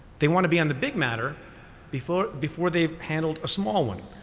they want to be on the big matter before before they've handled a small one.